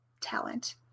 talent